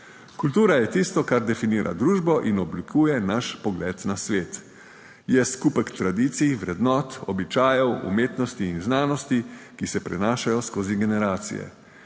Kultura je tisto, kar definira družbo in oblikuje naš pogled na svet. Je skupek tradicij, vrednot, običajev, umetnosti in znanosti, ki se prenašajo skozi generacije,